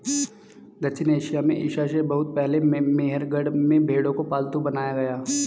दक्षिण एशिया में ईसा से बहुत पहले मेहरगढ़ में भेंड़ों को पालतू बनाया गया